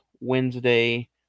Wednesday